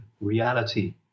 reality